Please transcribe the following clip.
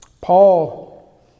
Paul